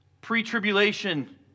pre-tribulation